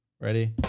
Ready